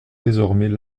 désormais